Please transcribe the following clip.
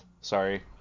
sorry